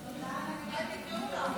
אולי תקראו לה.